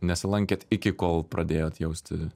nesilankėt iki kol pradėjot jausti